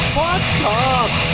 podcast